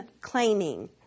claiming